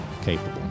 capable